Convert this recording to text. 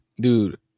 dude